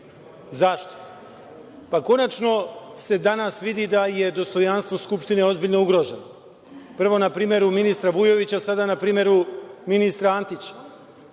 Zašto? Konačno se danas vidi da je dostojanstvo Skupštine ugroženo. Prvo na primeru ministra Vujovića, a sada na primeru ministra